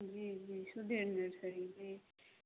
जी जी सुधे नर्सरी जी